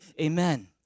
amen